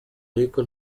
ariko